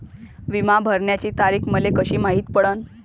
बिमा भराची तारीख मले कशी मायती पडन?